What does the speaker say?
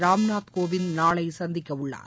ராம்நாத் கோவிந்த் நாளை சந்திக்க உள்ளார்